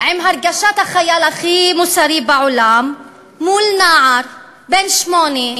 עם הרגשת החייל הכי מוסרי בעולם מול נער בן שמונה,